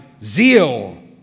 zeal